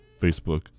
Facebook